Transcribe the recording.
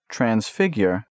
Transfigure